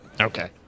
Okay